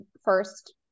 first